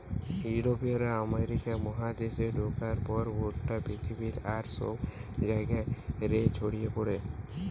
ইউরোপীয়রা আমেরিকা মহাদেশে ঢুকার পর ভুট্টা পৃথিবীর আর সব জায়গা রে ছড়ি পড়ে